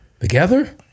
together